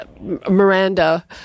Miranda